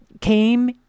came